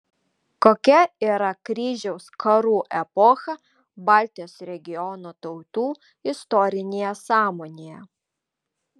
kokia yra kryžiaus karų epocha baltijos regiono tautų istorinėje sąmonėje